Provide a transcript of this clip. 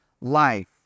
life